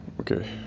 okay